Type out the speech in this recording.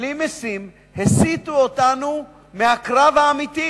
שבלי משים הסיטו אותנו מהקרב האמיתי,